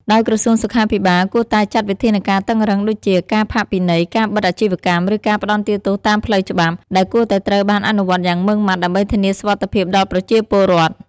ដោយក្រសួងសុខាភិបាលគួរតែចាត់វិធានការតឹងរ៉ឹងដូចជា ការផាកពិន័យ ការបិទអាជីវកម្ម ឬការផ្តន្ទាទោសតាមផ្លូវច្បាប់ ដែលគួរតែត្រូវបានអនុវត្តយ៉ាងម៉ឺងម៉ាត់ ដើម្បីធានាសុវត្ថិភាពដល់ប្រជាពលរដ្ឋ។